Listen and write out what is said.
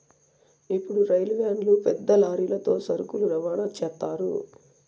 ఇప్పుడు రైలు వ్యాన్లు పెద్ద లారీలతో సరుకులు రవాణా చేత్తారు